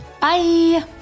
Bye